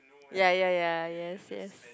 ya ya ya yes yes